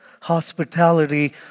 Hospitality